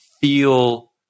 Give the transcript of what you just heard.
feel